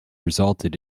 resulted